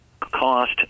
cost